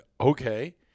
okay